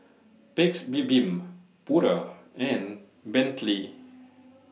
Paik's Bibim Pura and Bentley